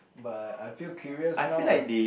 but I feel curious now lah